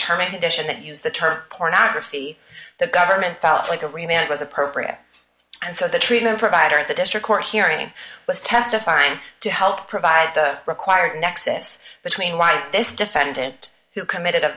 term a condition that used the term pornography the government felt like a remailer was appropriate and so the treatment provider at the district court hearing was testifying to help provide the required nexus between why this defendant who committed a